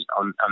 on